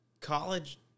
College